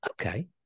Okay